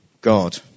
God